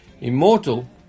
Immortal